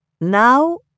now